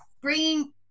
bringing